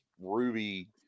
ruby